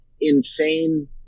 insane